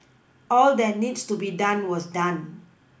all that needs to be done was done